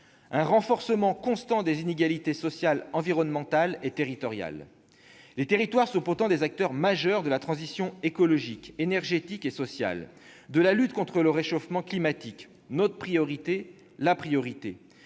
un renforcement constant des inégalités sociales, environnementales et territoriales. Les territoires sont pourtant des acteurs majeurs de la transition écologique, énergétique et sociale, de la lutte contre le réchauffement climatique, qui sont notre priorité, la priorité